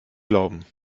glauben